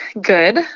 good